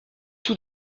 tout